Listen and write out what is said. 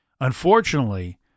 Unfortunately